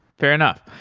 fair enough.